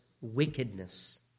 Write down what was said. wickedness